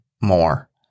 more